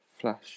flash